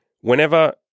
Whenever